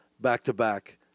back-to-back